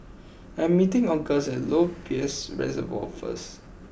I am meeting August at Lower Peirce Reservoir first